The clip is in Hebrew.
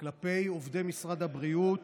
כלפי עובדי משרד הבריאות,